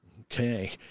Okay